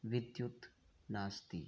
विद्युत् नास्ति